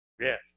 Yes